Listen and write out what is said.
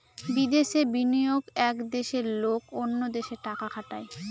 বিদেশে বিনিয়োগ এক দেশের লোক অন্য দেশে টাকা খাটায়